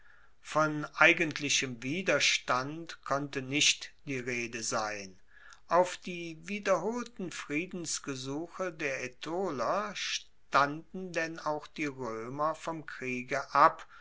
von eigentlichem widerstand konnte nicht die rede sein auf die wiederholten friedensgesuche der aetoler standen denn auch die roemer vom kriege ab